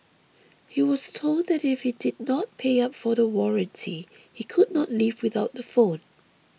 he was told that if he did not pay up for the warranty he could not leave without the phone